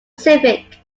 pacific